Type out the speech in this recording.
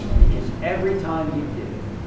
because every time you do,